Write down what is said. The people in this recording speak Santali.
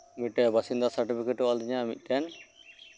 ᱢᱤᱫ ᱴᱮᱱ ᱵᱟᱥᱤᱱᱫᱟ ᱥᱟᱨᱴᱚᱯᱷᱤᱠᱮᱴ ᱮ ᱚᱞ ᱟᱹᱫᱤᱧᱟ ᱢᱤᱫ ᱴᱮᱱ